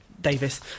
Davis